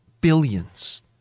billions